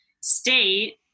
state